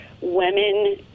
women